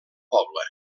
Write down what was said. poble